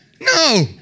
No